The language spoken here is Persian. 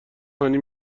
هانی